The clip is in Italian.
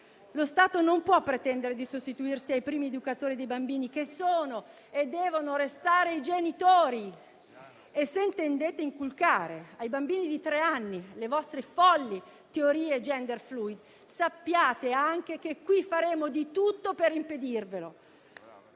Lo Stato non può pretendere di sostituirsi ai primi educatori dei bambini, che sono e devono restare i genitori e, se intendete inculcare ai bambini di tre anni le vostre folli teorie *gender* *fluid*, sappiate anche che qui faremo di tutto per impedirvelo.